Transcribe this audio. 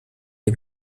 dem